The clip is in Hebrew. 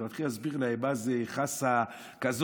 אתה מתחיל להסביר להם מה זה חסה כזאת,